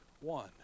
one